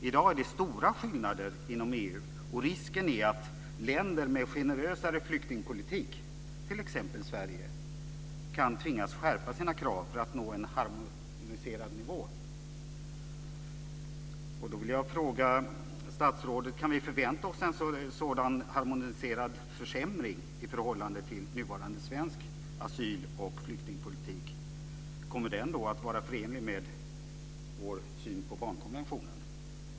I dag är det stora skillnader inom EU, och risken är att länder med generösare flyktingpolitik, t.ex. Sverige, kan tvingas skärpa sina krav för att nå en harmoniserad nivå. Kommer den då att vara förenlig med vår syn på barnkonventionen?